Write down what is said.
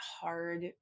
hard